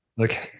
Okay